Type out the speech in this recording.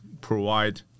provide